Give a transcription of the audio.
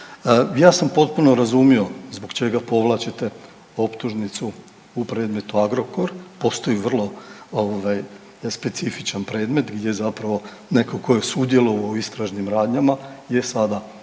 Ja sam potpuno razumio zbog čega povlačite optužnicu u predmetu Agrokor. Postoji vrlo ovaj specifičan predmet gdje zapravo netko tko je sudjelovao u istražnim radnjama je sada